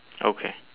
okay